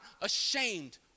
ashamed